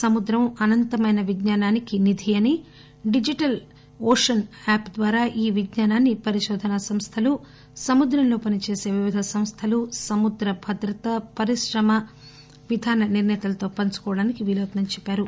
సముద్రం అనంతమైన విజ్ఞానానికి నిధి అని డిజిటల్ ఓషన్ యాప్ ద్వారా ఈ విజ్ఞానాన్ని పరికోధనా సంస్థలు సముద్రంలో పనిచేస్తే వివిధ సంస్థలు సముద్ర భద్రత పరిశ్రమ విధాన నిర్ణేతలు తో పంచుకోవటానికి వీలవుతుందని చెప్పారు